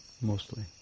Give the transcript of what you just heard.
mostly